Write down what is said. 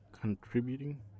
Contributing